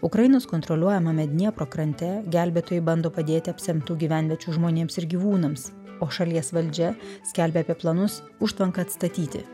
ukrainos kontroliuojamame dniepro krante gelbėtojai bando padėti apsemtų gyvenviečių žmonėms ir gyvūnams o šalies valdžia skelbia apie planus užtvanką atstatyti